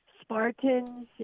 Spartans